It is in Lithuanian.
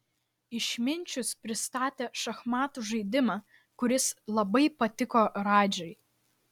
išminčius pristatė šachmatų žaidimą kuris labai patiko radžai